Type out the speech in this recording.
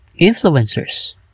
influencers